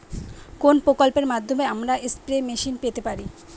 কোন প্রকল্পের মাধ্যমে আমরা স্প্রে মেশিন পেতে পারি?